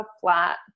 flat